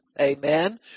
Amen